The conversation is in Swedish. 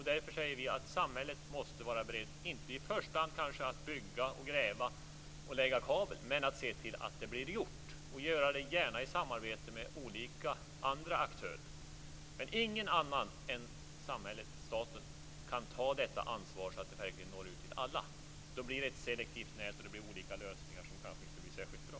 Därför säger vi att samhället måste vara berett, inte i första hand att bygga, gräva och lägga kabel men att se till att det blir gjort - gärna i samarbete med olika andra aktörer. Ingen annan än staten kan ta ansvaret för att detta når ut till alla. Annars kan det bli ett selektivt nät och olika lösningar som kanske inte blir så bra.